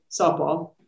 softball